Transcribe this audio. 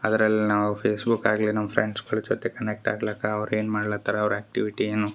ಅದರಲ್ಲಿ ನಾವ್ ಫೇಸ್ಬುಕ್ ಆಗ್ಲಿ ನಮ್ ಫ್ರೆಂಡ್ಸ್ಗಳ್ ಜೊತೆ ಕನೆಕ್ಟ್ ಆಗ್ಲಕ್ಕ ಅವ್ರ್ ಏನ್ ಮಾಡ್ಲತರ ಅವ್ರ್ ಆ್ಯಕ್ಟಿವಿಟಿ ಏನು